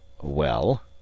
Well